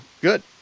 good